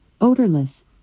odorless